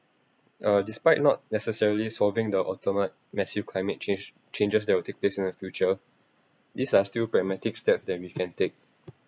uh despite not necessarily solving the ultimate massive climate change changes that will take place in the future these are still pragmatic steps that we can take